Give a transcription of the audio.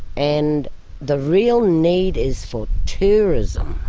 and the real need is for tourism.